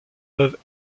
peuvent